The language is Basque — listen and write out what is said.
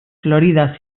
florida